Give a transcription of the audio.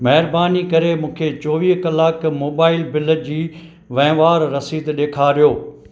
महिरबानी करे मूंखे चोवीह कलाक मोबाइल बिल जी वहिंवारु रसीद ॾेखारियो